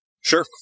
Sure